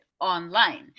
online